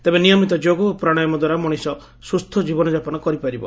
ତେବେ ନିୟମିତ ଯୋଗ ଓ ପ୍ରାଶାୟମ ଦ୍ୱାରା ମଣିଷ ସୁସ୍ଛ ଜୀବନଯାପନ କରିପାରିବ